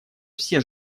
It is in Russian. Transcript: все